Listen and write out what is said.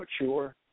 mature